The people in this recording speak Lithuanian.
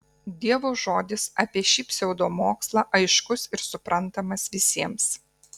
dievo žodis apie šį pseudomokslą aiškus ir suprantamas visiems